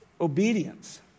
obedience